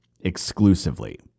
exclusively